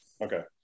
Okay